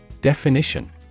Definition